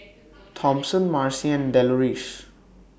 Thompson Marci and Deloris